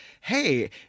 hey